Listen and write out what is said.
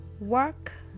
work